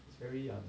it's very um